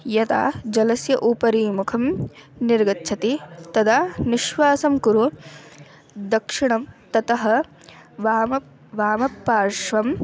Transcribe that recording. यदा जलस्य उपरि मुखं निर्गच्छति तदा निश्वासं कुरु दक्षिणं ततः वामः वामपार्श्वम्